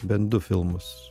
bent du filmus